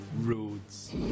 roads